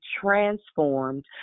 transformed